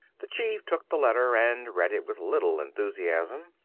the chief took the letter and read it with little enthusiasm.